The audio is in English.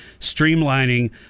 streamlining